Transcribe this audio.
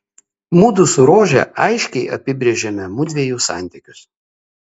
mudu su rože aiškiai apibrėžėme mudviejų santykius